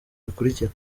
bikurikira